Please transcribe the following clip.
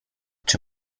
czy